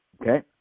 okay